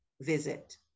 visit